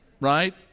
Right